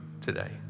today